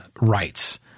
rights